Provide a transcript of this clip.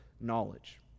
knowledge